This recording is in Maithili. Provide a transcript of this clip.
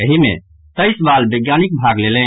एहि मे तैईस बाल वैज्ञानिक भाग लेलनि